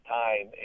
time